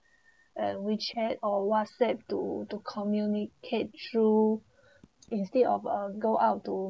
and wechat or whatsapp to to communicate through instead of uh go out to